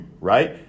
right